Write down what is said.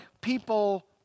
people